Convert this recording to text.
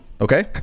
Okay